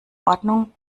ordnung